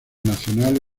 nacional